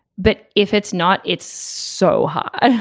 but if it's not it's so hard.